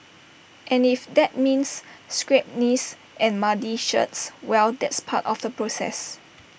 and if that means scraped knees and muddy shirts well that's part of the process